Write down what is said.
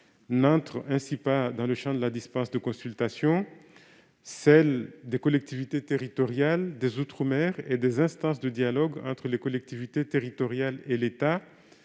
N'entrent ainsi pas dans le champ de la dispense de consultation les consultations des collectivités territoriales, des outre-mer et des instances de dialogue entre les collectivités territoriales et l'État,